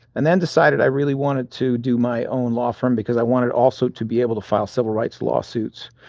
and then decided i really wanted to do my own law firm because i wanted also to be able to file civil rights lawsuits.